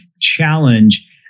challenge